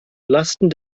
lasten